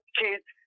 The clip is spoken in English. kids